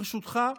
ברשותך,